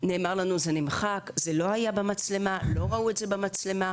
נאמר לנו שזה נמחק או שלא ראו את זה במצלמה.